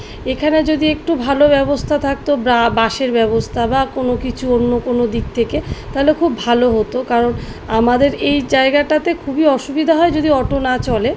এখানে যদি একটু ভালো ব্যবস্থা থাকত ব্রা বাসের ব্যবস্থা বা কোনো কিছু অন্য কোনো দিক থেকে তাহলে খুব ভালো হতো কারণ আমাদের এই জায়গাটাতে খুবই অসুবিধা হয় যদি অটো না চলে